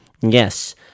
yes